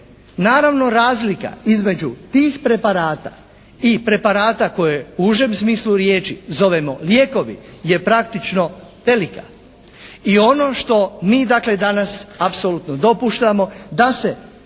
Naravno razlika između tih preparata i preparata koje u užem smislu riječi zovemo lijekovi je praktično velika. I ono što mi dakle danas apsolutno dopuštamo da se